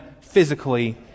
physically